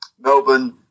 Melbourne